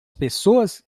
pessoas